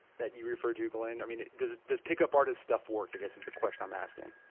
that you refer to glenn, i mean this this pickup artist stuff work i guess is the question i'm asking